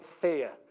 fear